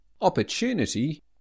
Opportunity